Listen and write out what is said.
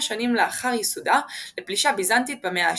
שנים לאחר יסודה לפלישה ביזנטית במאה ה-6.